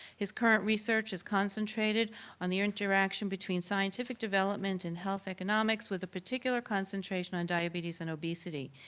his current research is concentrated on the interaction between scientific development and health economics with a particular concentration on diabetes and obesity.